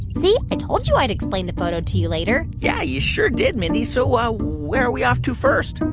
see i told you i'd explain the photo to you later yeah. you sure did, mindy. so um where are we off to first?